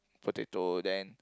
potato then